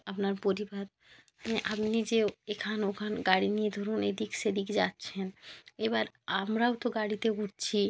আপনার পরিবার হ্যাঁ আপনি যে এখান ওখান গাড়ি নিয়ে ধরুন এদিক সেদিক যাচ্ছেন এবার আমরাও তো গাড়িতে ঘুরছি